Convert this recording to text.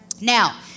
Now